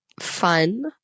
fun